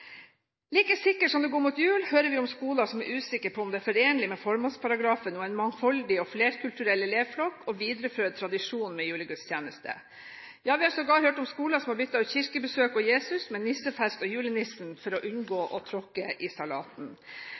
Like sikkert som at det går mot jul, hører vi om skoler som er usikre på om det er forenlig med formålsparagrafen og en mangfoldig og flerkulturell elevflokk å videreføre tradisjonen med julegudstjeneste. Vi har sågar hørt om skoler som har byttet ut kirkebesøk og Jesus med nissefest og julenissen for å unngå å tråkke i salaten.